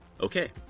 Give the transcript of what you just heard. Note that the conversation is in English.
Okay